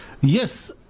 yes